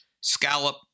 Scallop